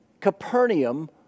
Capernaum